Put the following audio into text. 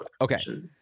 okay